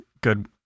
good